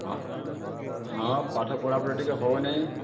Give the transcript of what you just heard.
ହଁ ସାର୍ ହଁ ପାଠ ପଢ଼ା ପଢ଼ି ଟିକେ ହେଉନି